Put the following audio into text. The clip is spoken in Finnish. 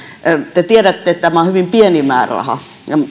te tiedätte että tämä on hyvin pieni määräraha